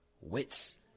wits